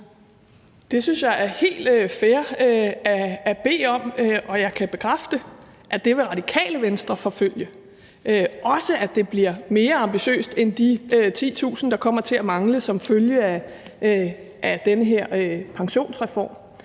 Det synes jeg er helt fair at bede om, og jeg kan bekræfte, at det vil Radikale Venstre forfølge, også at det bliver mere ambitiøst end de 10.000, der kommer til at mangle som følge af den her pensionsreform,